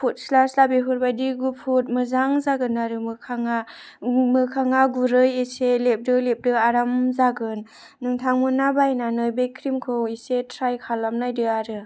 फुदस्ला स्ला बेफोरबायदि गुफुद मोजां जागोन आरो मोखाङा मोखाङा गुरै एसे लेबदो लेबदो आराम जागोन नोंथांमोना बायनानै बे ख्रिमखौ एसे ट्राय खालामनायदो आरो